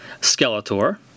Skeletor